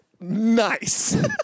nice